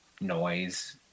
noise